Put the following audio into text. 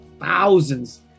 thousands